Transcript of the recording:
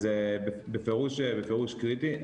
בפירוש קריטי.